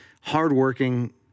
hardworking